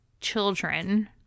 children